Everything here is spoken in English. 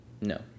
No